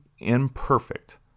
imperfect